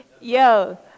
Yo